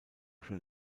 schon